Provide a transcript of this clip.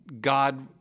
God